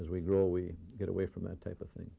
as we grow we get away from that type of thing